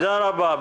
תודה רבה לך,